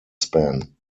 span